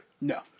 No